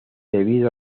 debido